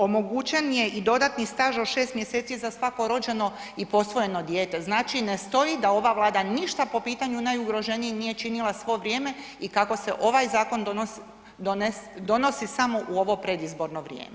Omogućen je i dodatni staž od 6 mjeseci za svako rođeno i posvojeno dijete, znači ne stoji da ova Vlada ništa po pitanju najugroženijih nije činila svo vrijeme i kako se ovaj zakon donosi samo u ovo predizborno vrijeme.